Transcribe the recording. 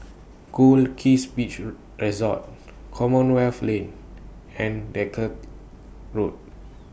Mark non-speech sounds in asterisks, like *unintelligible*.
Goldkist Beach *unintelligible* Resort Commonwealth Lane and Dalkeith Road